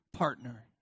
partner